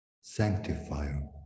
sanctifier